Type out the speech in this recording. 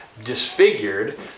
Disfigured